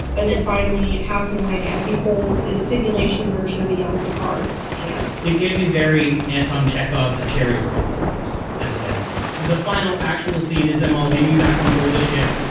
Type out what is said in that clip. and then finally passing away as he holds this simulation version of a young picard's hand it gave me very anton chekhov, the cherry orchard vibes as it ended the final actual scene as them all beaming back onboard the ship.